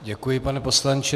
Děkuji, pane poslanče.